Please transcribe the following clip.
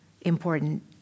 important